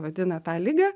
vadina tą ligą